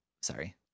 sorry